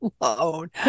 alone